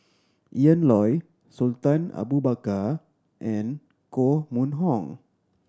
Ian Loy Sultan Abu Bakar and Koh Mun Hong